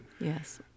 Yes